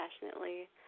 passionately